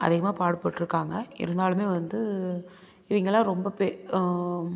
அதிகமாக பாடுப்பட்டிருக்காங்க இருந்தாலுமே வந்து இவங்கலாம் ரொம்ப பெ